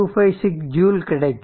256 joule கிடைக்கும்